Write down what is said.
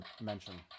mention